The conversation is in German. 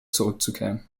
zurückzukehren